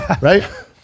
Right